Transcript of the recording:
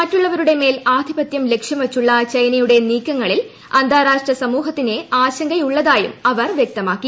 മറ്റുള്ളവരുടെ മേൽ ആധിപത്യം ലക്ഷ്യം വച്ചുള്ള ചൈനയുടെ നീക്കങ്ങളിൽ അന്താരാഷ്ട്ര സമൂഹത്തിന് ആശങ്കയുള്ളതായും അവർ വ്യക്തമാക്കി